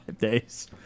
days